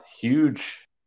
Huge